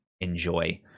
enjoy